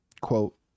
quote